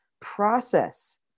process